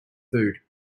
food